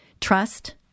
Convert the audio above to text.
trust